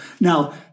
Now